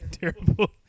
terrible